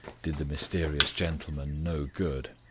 did the mysterious gentleman no good.